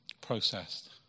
processed